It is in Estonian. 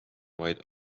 vaid